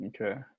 Okay